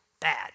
bad